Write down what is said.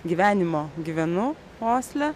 gyvenimo gyvenu osle